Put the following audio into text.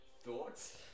Thoughts